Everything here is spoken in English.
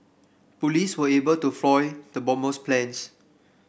police were able to foil the bomber's plans